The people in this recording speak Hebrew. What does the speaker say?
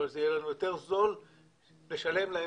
יכול להיות שזה יהיה לנו יותר זול לשלם להם